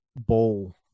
ball